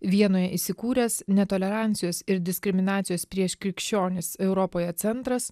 vienoje įsikūręs netolerancijos ir diskriminacijos prieš krikščionis europoje centras